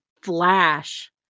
flash